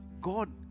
God